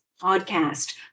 podcast